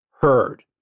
heard